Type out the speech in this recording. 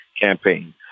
campaign